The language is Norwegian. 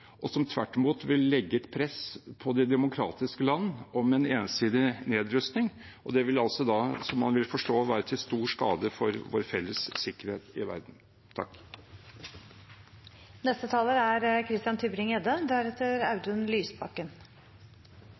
og tvert imot vil legge press på de demokratiske land om en ensidig nedrustning. Det vil da altså, som man vil forstå, være til stor skade for vår felles sikkerhet i verden. Endelig kan Stortinget behandle en gladsak, noe som er